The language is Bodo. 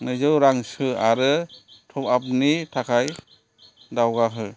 नैजौ रां सो आरो टपआपनि थाखाय दावगाहो